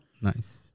Nice